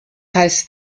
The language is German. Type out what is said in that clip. heißt